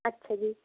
ਅੱਛਾ ਜੀ